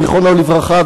זיכרונו לברכה,